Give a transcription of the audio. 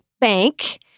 bank